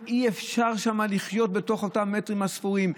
אי-אפשר לחיות שם בתוך אותם מטרים ספורים.